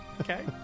Okay